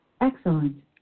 Excellent